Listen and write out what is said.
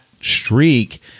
streak